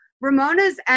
Ramona's